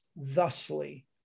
thusly